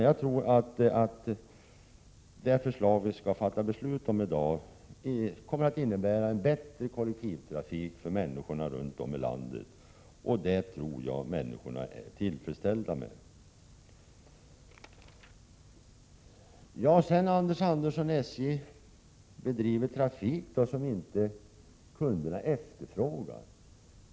Jag anser att det förslag vi skall fatta beslut om kommer att innebära en bättre kollektivtrafik för människorna runt om i landet, och jag tror att människorna kommer att vara tillfredsställda med detta. Anders Andersson säger att SJ bedriver trafik som kunderna inte efterfrågar.